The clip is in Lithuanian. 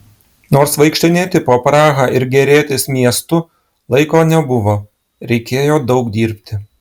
nors vaikštinėti po prahą ir gėrėtis miestu laiko nebuvo reikėjo daug dirbti